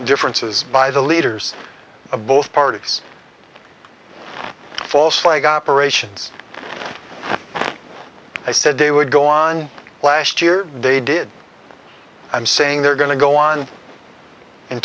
differences by the leaders of both parties false flag operations i said they would go on last year they did i'm saying they're going to go on